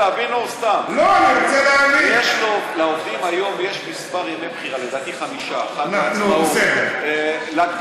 לכל עובד יש ימי בחירה, ויש לו סריה של ימים